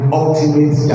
ultimate